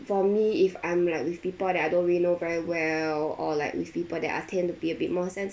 for me if I'm like with people that I don't really know very well or like with people that are tend to be a bit more